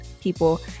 people